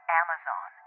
amazon